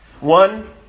One